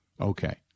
Okay